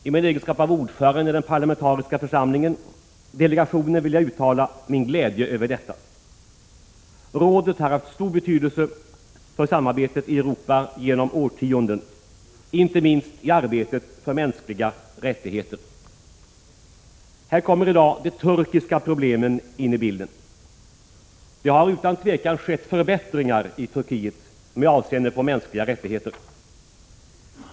I min egenskap av ordförande i den parlamentariska delegationen vill jag uttala min glädje över detta. Rådet har haft stor betydelse för samarbetet i Europa genom årtionden, inte minst i arbetet för mänskliga rättigheter. Här kommer i dag det turkiska problemet in i bilden. Utan tvivel har det skett förbättringar i Turkiet med avseende på mänskliga rättigheter.